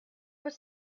was